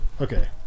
okay